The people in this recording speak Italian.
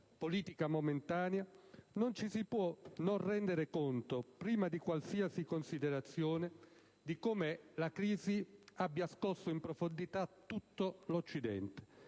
politica momentanea, non ci si può non rendere conto, prima di qualsiasi considerazione, di come la crisi abbia scosso in profondità tutto l'Occidente;